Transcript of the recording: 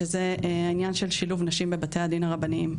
שזה העניין של שילוב נשים בבתי הדין הרבניים.